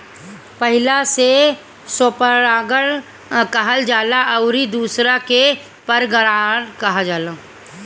पहिला से स्वपरागण कहल जाला अउरी दुसरका के परपरागण